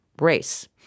race